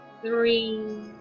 three